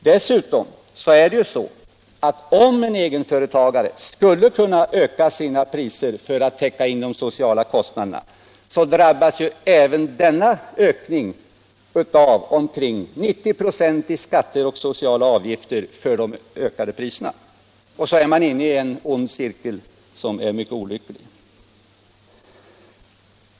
Dessutom är det så, att om en egenföretagare skulle kunna öka sina priser för att täcka de sociala kostnaderna, drabbas även denna ökning av omkring 90 96 i skatter och sociala avgifter. Och så är man inne i en ond cirkel som är mycket olycklig.